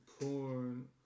porn